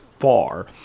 far